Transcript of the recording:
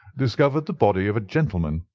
discovered the body of a gentleman,